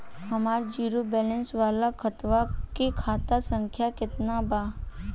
हमार zero balance वाला खतवा के खाता संख्या केतना बा?